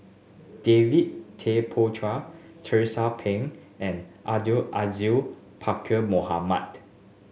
David Tay Poey Char Tracie Pang and Abdul Aziz Pakkeer Mohamed